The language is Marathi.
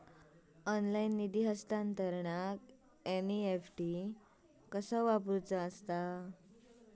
ऑनलाइन निधी हस्तांतरणाक एन.ई.एफ.टी कसा वापरायचा?